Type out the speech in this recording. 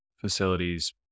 facilities